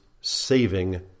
saving